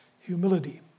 humility